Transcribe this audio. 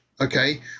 Okay